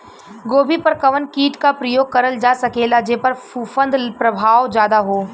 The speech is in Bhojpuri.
गोभी पर कवन कीट क प्रयोग करल जा सकेला जेपर फूंफद प्रभाव ज्यादा हो?